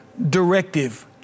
Directive